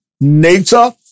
nature